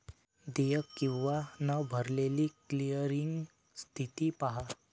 देयक किंवा न भरलेली क्लिअरिंग स्थिती पहा